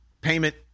payment